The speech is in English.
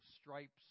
stripes